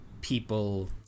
people